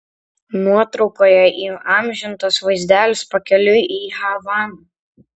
nuotraukoje įamžintas vaizdelis pakeliui į havaną